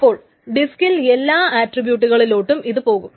അപ്പോൾ ഡിസ്ക്കിൽ എല്ലാ ആട്രിബ്യൂട്ട്കളിലോട്ടും ഇതുപോകും